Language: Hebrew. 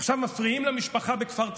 עכשיו מפריעים למשפחה בכפר תבור,